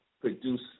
produce